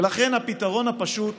לכן הפתרון הפשוט